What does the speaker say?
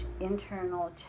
internal